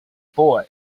boy